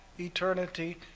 Eternity